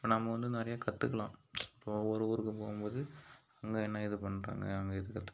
இப்போ நம்ம வந்து நிறைய கத்துக்கலாம் இப்போ ஒவ்வொரு ஊருக்கு போகும் போது அங்க என்ன இது பண்ணுறாங்க அங்க இது கத்துக்கலாம்